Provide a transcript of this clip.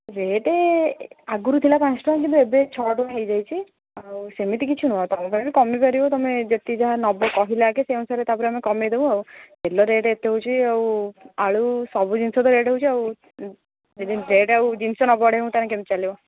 rate ଆଗରୁ ଥିଲା ପାଞ୍ଚ ଟଙ୍କା କିନ୍ତୁ ଏବେ ଛଅ ଟଙ୍କା ହେଇଯାଇଛି ଆଉ ସେମିତି କିଛି ନୁହଁ ତୁମ ପାଇଁ କମିପାରିବ ତୁମେ ଯେତିକି ଯାହା ନବ କହିଲେ ଆଗେ ସେଇ ଅନୁସାରେ ତାପରେ ଆମେ କମେଇ ଦେବୁ ଆଉ ତେଲ ରେଟ୍ ଏତେ ହେଉଛି ଆଉ ଆଳୁ ସବୁ ଜିନିଷ ତ ରେଟ୍ ହେଉଛି ଆଉ ରେଟ୍ ଆଉ ଜିନିଷ ନ ବଢ଼େଇଲେ ମୁଁ ତାହେଲେ କେମିତି ଚାଲିବ